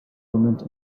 moment